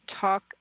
talk